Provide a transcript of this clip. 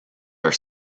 are